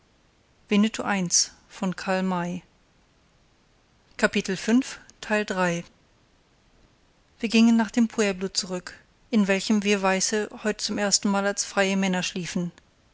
wir gingen nach dem pueblo zurück in welchem wir vier weiße heut zum erstenmal als freie männer schliefen